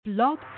Blog